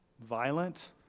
violent